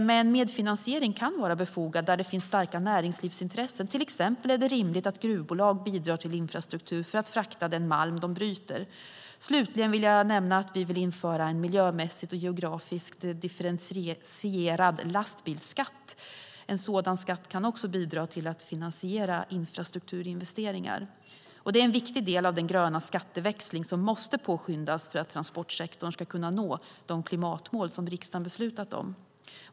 Men medfinansiering kan vara befogad där det finns starka näringslivsintressen. Till exempel är det rimligt att gruvbolag bidrar till infrastruktur för att frakta den malm de bryter. Slutligen vill jag nämna att vi vill införa en miljömässigt och geografiskt differentierad lastbilsskatt. En sådan skatt kan också bidra till att finansiera infrastrukturinvesteringar. Det är en viktig del av den gröna skatteväxling som måste påskyndas för att transportsektorn ska kunna nå de klimatmål som riksdagen beslutat om.